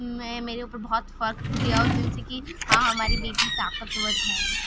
میں میرے اوپر بہت فخر کیا اس دن سے کی سے کہ ہاں ہماری بیٹی طاقتور ہے